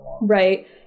right